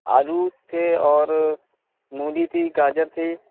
آلو تھے اور مولی تھی گاجر تھی